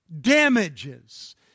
damages